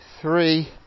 three